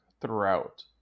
throughout